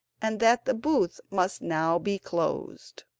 and that the booth must now be closed.